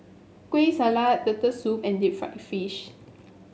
Kueh Salat Turtle Soup and Deep Fried Fish